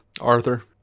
Arthur